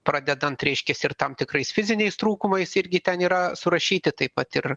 pradedant reiškias ir tam tikrais fiziniais trūkumais irgi ten yra surašyti taip pat ir